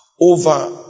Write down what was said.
over